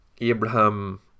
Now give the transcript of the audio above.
Abraham